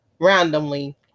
randomly